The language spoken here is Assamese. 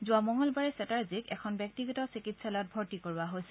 যোৱা মঙলবাৰে চেটাৰ্জীক এখন ব্যক্তিগত চিকিৎসালয়ত ভৰ্তি কৰোৱা হৈছিল